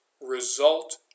result